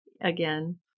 again